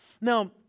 Now